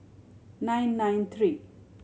nine nine three